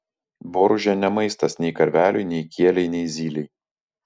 boružė ne maistas nei karveliui nei kielei nei zylei